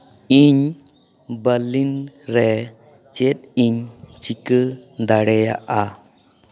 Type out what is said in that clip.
ᱤᱧ ᱵᱟᱨᱞᱤᱱ ᱨᱮ ᱪᱮᱫ ᱤᱧ ᱪᱤᱠᱟᱹ ᱫᱟᱲᱮᱭᱟᱜᱼᱟ